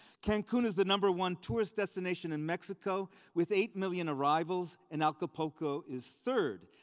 cancun is the number one tourist destination in mexico with eight million arrivals and acapulco is third,